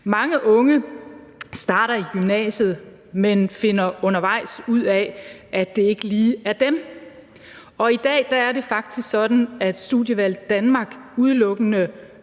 Mange unge starter i gymnasiet, men finder undervejs ud af, at det ikke lige er dem. Og i dag er det faktisk sådan, at Studievalg Danmark vejleder